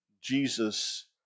Jesus